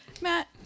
Matt